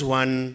one